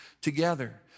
together